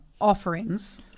offerings